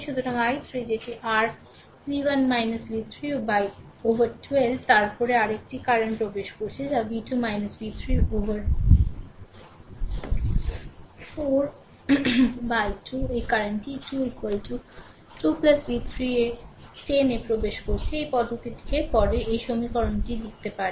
সুতরাং i3 যেটি r v1 v3 উপর 12 তারপরে আরেকটি কারেন্ট প্রবেশ করছে যা v2 v3 এর 4 উপর এই 2 কারেন্টটি 2 2 v3 এ 10 এ প্রবেশ করছে এই পদ্ধতিতে পরে সেই সমীকরণটি লিখতে পারে